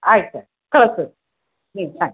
ಆಯ್ತು ಸರ್ ಕಳ್ಸ್ತೀವಿ ಹ್ಞೂ ಆಯ್ತು